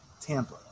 Tampa